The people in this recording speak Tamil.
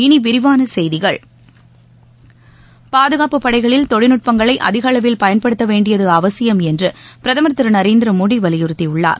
இனி விரிவான செய்திகள் பாதுகாப்பு படைகளில் தொழில்நட்பங்களை அதிக அளவில் பயன்படுத்த வேண்டியது அவசியம் என்று பிரதமர் திரு நரேந்திர மோடி வலியுறுத்தியுள்ளார்